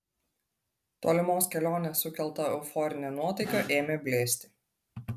tolimos kelionės sukelta euforinė nuotaika ėmė blėsti